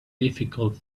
difficult